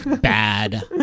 bad